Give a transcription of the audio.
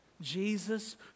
Jesus